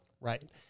Right